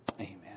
Amen